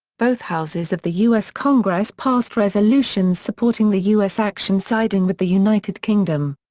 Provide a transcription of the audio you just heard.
both houses of the us congress passed resolutions supporting the us action siding with the united kingdom.